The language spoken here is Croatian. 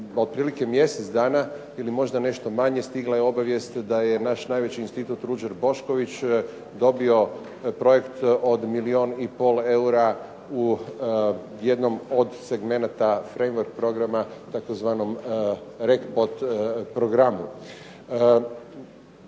od mjesec dana, ili možda nešto manje stigla je obavijest da je naš najveći Institut „Ruđer Bošković“ dobio projekt od milijun i pol eura u jednom od segmenata FRAYVOR programa tzv. Rekpot programu.